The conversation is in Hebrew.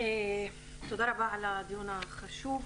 תודה רבה על הדיון החשוב.